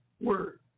word